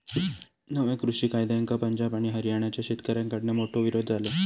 नव्या कृषि कायद्यांका पंजाब आणि हरयाणाच्या शेतकऱ्याकडना मोठो विरोध झालो